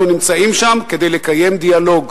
אנחנו נמצאים שם כדי לקיים דיאלוג.